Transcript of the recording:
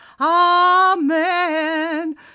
Amen